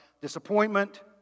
disappointment